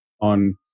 on